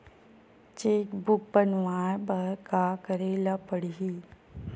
Cheque book बनवाय बर का करे ल पड़हि?